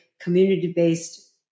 community-based